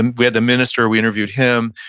and we had the minister, we interviewed him.